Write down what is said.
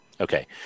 Okay